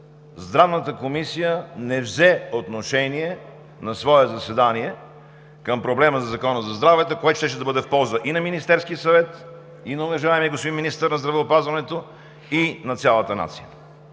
Здравната комисия не взе отношение на свое заседание към проблема за Закона за здравето, което щеше да бъде в полза и на Министерския съвет, и на уважаемия господин министър на здравеопазването, и на цялата нация.